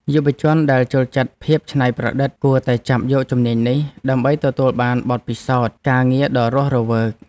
យុវជនដែលចូលចិត្តភាពច្នៃប្រឌិតគួរតែចាប់យកជំនាញនេះ ដើម្បីទទួលបានបទពិសោធន៍ការងារដ៏រស់រវើក។